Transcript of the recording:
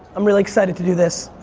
i'm really excited to do this.